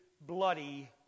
bloody